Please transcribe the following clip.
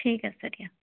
ঠিক আছে দিয়া